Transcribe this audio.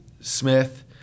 Smith